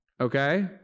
Okay